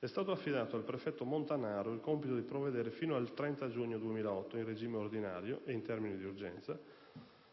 è stato affidato al prefetto Montanaro il compito di provvedere fino al 30 giugno 2008, in regime ordinario ed in termini di urgenza,